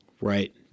Right